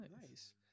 Nice